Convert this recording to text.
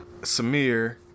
samir